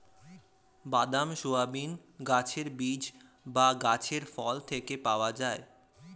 বাদাম, সয়াবিন গাছের বীজ বা গাছের ফল থেকে পাওয়া যায়